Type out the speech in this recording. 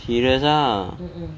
serious ah